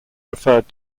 referred